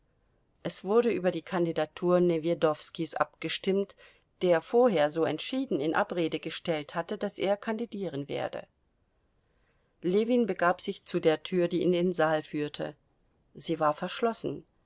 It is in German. es wurde über die kandidatur newjedowskis abgestimmt der vorher so entschieden in abrede gestellt hatte daß er kandidieren werde ljewin begab sich zu der tür die in den saal führte sie war verschlossen